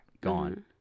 gone